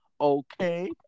Okay